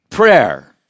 prayer